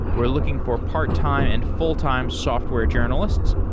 we're looking for part-time and full-time software journalists.